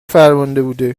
فرمانده